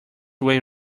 way